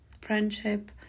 friendship